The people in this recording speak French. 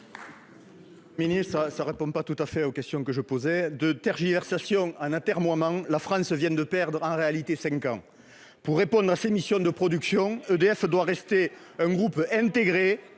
Monsieur le ministre, vous ne répondez pas tout à fait à mes questions. De tergiversations en atermoiements, la France vient de perdre cinq ans. Plutôt dix ! Pour répondre à ses missions de production, EDF doit rester un groupe intégré